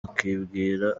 akabwira